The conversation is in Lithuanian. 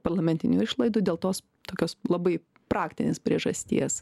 parlamentinių išlaidų dėl tos tokios labai praktinės priežasties